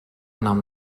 nom